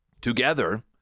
Together